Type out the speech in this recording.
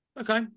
Okay